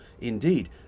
Indeed